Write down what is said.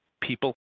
people